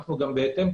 בהתאם,